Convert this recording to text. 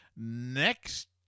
next